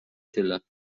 tyle